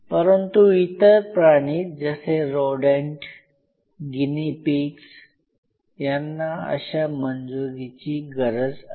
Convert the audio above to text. परंतु इतर प्राणी जसे रोडेन्ट गिनी पिग्ज यांना अशा मंजुरीची गरज आहे